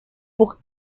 pour